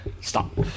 Stop